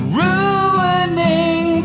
ruining